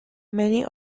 many